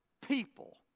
people